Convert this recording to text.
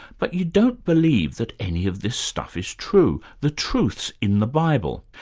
but you don't believe that any of this stuff is true, the truth's in the bible.